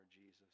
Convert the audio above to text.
Jesus